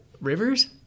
Rivers